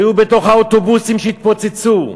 היו בתוך האוטובוסים שהתפוצצו.